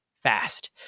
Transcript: Fast